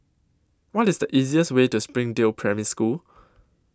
What IS The easiest Way to Springdale Primary School